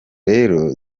rero